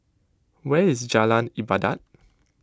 where is Jalan Ibadat